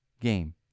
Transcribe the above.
game